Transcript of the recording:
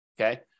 Okay